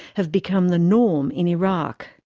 have become the norm in iraq.